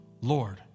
Lord